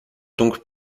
donc